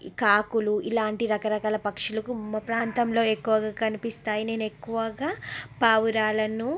కాకులు ఇలాంటి రకరకాల పక్షులకు మా ప్రాంతంలో ఎక్కువగా కనిపిస్తాయి నేను ఎక్కువగా పావురాలను